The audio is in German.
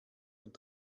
und